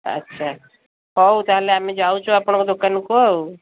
ଆଚ୍ଛା ହଉ ତା'ହେଲେ ଆମେ ଯାଉଛୁ ଆପଣଙ୍କ ଦୋକାନକୁ ଆଉ